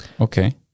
Okay